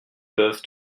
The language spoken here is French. peuvent